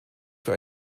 für